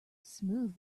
smooth